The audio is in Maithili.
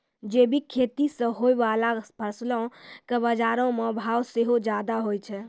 जैविक खेती से होय बाला फसलो के बजारो मे भाव सेहो ज्यादा होय छै